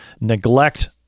neglect